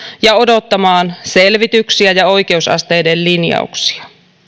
ja odottamaan selvityksiä ja oikeusasteiden linjauksia